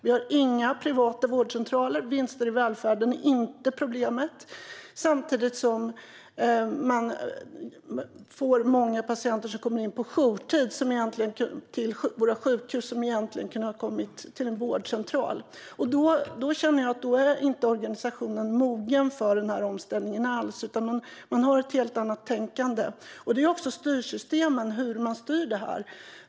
Vi har inga privata vårdcentraler. Vinster i välfärden är inte problemet. Samtidigt får man till sjukhusen in många patienter på jourtid, vilka egentligen hade kunnat komma till en vårdcentral. Då tycker jag inte att organisationen alls är mogen för den här omställningen. Man har ett helt annat tänkande. Det handlar också om styrsystemen och hur det hela styrs.